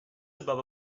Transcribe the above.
above